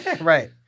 right